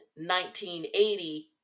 1980